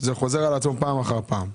זה חוזר על עצמו פעם אחר פעם.